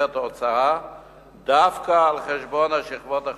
את ההוצאה דווקא על חשבון השכבות החלשות?